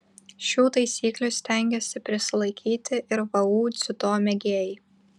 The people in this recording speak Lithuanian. šių taisyklių stengiasi prisilaikyti ir vu dziudo mėgėjai